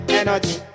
energy